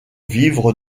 vivre